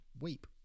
weep